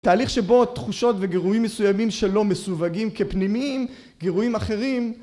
תהליך שבו תחושות וגירויים מסוימים שלא מסווגים כפנימיים, גירויים אחרים